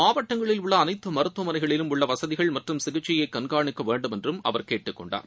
மாவட்டங்களில் உள்ள அனைத்து மருத்துவமனைகளிலும் உள்ள வசதிகள் மற்றும் சிகிச்சையை கண்காணிக்க வேண்டும் என்றும் அவர் கேட்டுக்கொண்டார்